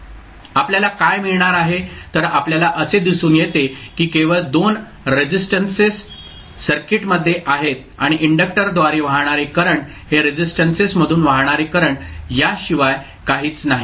आपल्याला काय मिळणार आहे तर आपल्याला असे दिसून येते की केवळ 2 रेसिस्टन्सेस सर्किटमध्ये आहेत आणि इंडक्टरद्वारे वाहणारे करंट हे रेसिस्टन्सेस मधून वाहणारे करंट याशिवाय काहीच नाहीत